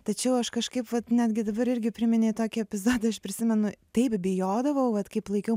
tačiau aš kažkaip vat netgi dabar irgi priminei tokį epizodą aš prisimenu taip bijodavau vat kaip laikiau